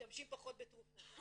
משתמשים פחות בתרופות,